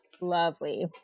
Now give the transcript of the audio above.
Lovely